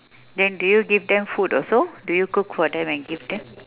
then did you give them food also did you cook for them and give them